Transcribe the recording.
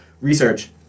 research